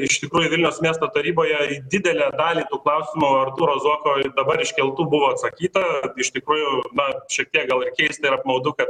iš tikrųjų vilniaus miesto taryboje į didelę dalį klausimų artūro zuoko dabar iškeltų buvo atsakyta iš tikrųjų na šiek tiek gal ir keista ir apmaudu kad